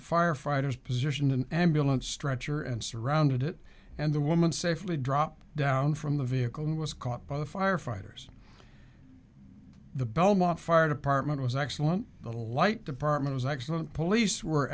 firefighters position an ambulance stretcher and surrounded it and the woman safely drop down from the vehicle and was caught by the firefighters the belmont fire department was actually one the light department was actually police were